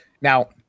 Now